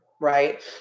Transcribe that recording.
right